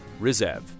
Rizev